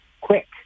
quick